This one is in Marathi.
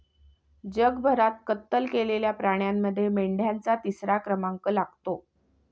जगभरात कत्तल केलेल्या प्राण्यांमध्ये मेंढ्यांचा तिसरा क्रमांक लागतो